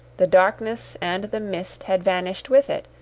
the darkness and the mist had vanished with it,